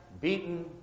beaten